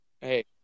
Hey